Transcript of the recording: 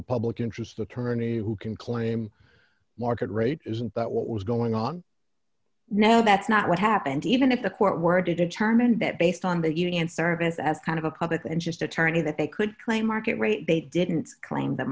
the public interest the kearny who can claim market rate isn't that what was going on now that's not what happened even if the court were to determined that based on the union service as kind of a public interest attorney that they could claim market rate they didn't claim that